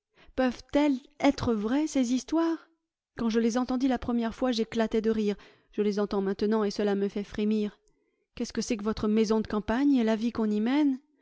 peuvent-elles être vraies ces histoires quand je les entendis la première fois j'éclatai de rire je les entends maintenant et cela me fait frémir qu'est-ce que c'est que votre maison de campagne et la vie qu'on y mène